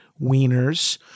wieners